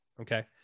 Okay